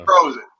frozen